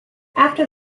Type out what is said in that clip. after